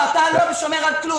אתה לא שומר על כלום,